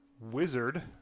Wizard